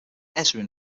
ezrin